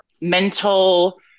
mental